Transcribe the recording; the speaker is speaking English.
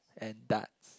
and darts